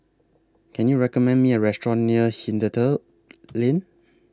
Can YOU recommend Me A Restaurant near Hindhede Lane